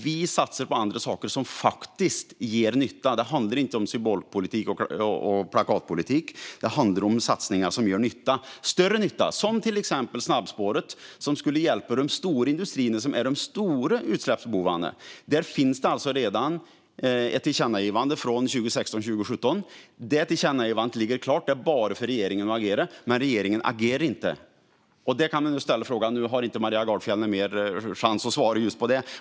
Vi satsar på andra saker som faktiskt gör nytta. Det handlar inte om symbolpolitik eller plakatpolitik. Det handlar om satsningar som gör större nytta, till exempel ett snabbspår, som skulle hjälpa de stora industrierna, som är de stora utsläppsbovarna. Där finns redan ett tillkännagivande från 2016/17. Det ligger klart. Det är bara för regeringen att agera. Men regeringen agerar inte. Maria Gardfjell har inte fler chanser att svara.